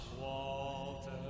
Walter